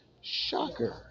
shocker